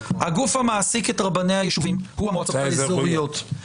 הגוף המעסיק את רבני היישובים הוא המועצות האזוריות,